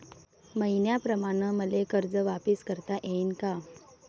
मईन्याप्रमाणं मले कर्ज वापिस करता येईन का?